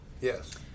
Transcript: Yes